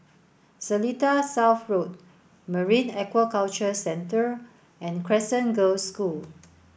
Seletar South Road Marine Aquaculture Centre and Crescent Girls' School